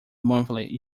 monthly